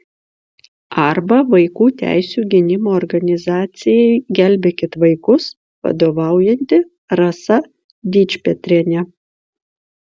arba vaikų teisių gynimo organizacijai gelbėkit vaikus vadovaujanti rasa dičpetrienė